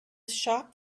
shop